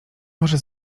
może